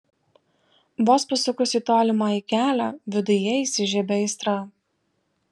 vos pasukus į tolimąjį kelią viduje įsižiebia aistra